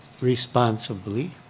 responsibly